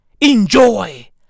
Enjoy